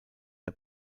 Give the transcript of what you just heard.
der